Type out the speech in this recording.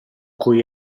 cui